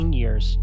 years